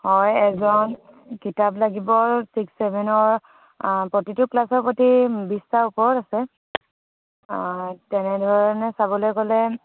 হয় এজন কিতাপ লাগিব ছিক্স ছেভেনৰ প্ৰতিটো ক্লাছৰ প্ৰতি বিছটাৰ ওপৰত আছে তেনেধৰণে চাবলৈ গ'লে